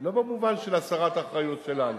לא במובן של הסרת אחריות שלנו.